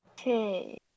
Okay